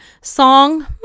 Song